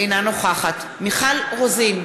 אינה נוכחת מיכל רוזין,